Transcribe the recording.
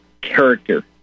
character